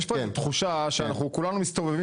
יש פה איזה תחושה שאנחנו כולנו מסתובבים